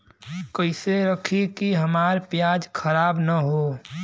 कइसे रखी कि हमार प्याज खराब न हो?